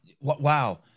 Wow